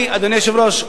אדוני היושב-ראש,